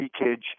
leakage